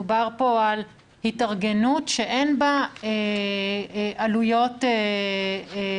שמדובר פה על התארגנות שאין בה עלויות ישירות